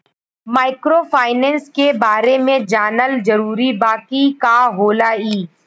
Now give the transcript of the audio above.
Microfinance के बारे में जानल जरूरी बा की का होला ई?